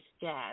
Jazz